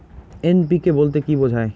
NPK বলতে কী বোঝায়?